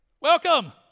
welcome